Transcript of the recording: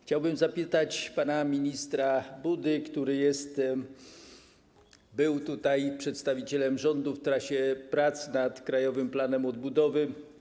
Chciałbym zapytać pana ministra Budę, który był tutaj przedstawicielem rządu w trakcie prac nad Krajowym Planem Odbudowy.